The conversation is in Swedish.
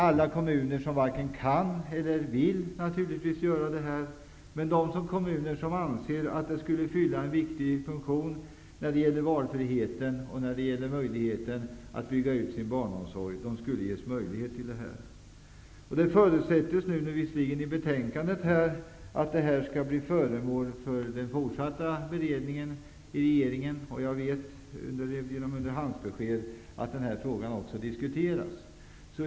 Alla kommuner varken kan eller vill göra detta, men de kommuner som anser att det skulle fylla en viktig funktion när det gäller valfriheten och möjligheten att bygga ut barnomsorgen skulle ges denna möjlighet. Det förutsätts visserligen i betänkandet att denna fråga skall bli föremål för fortsatt beredning i regeringen. Jag vet genom underhandsbesked att frågan också diskuteras.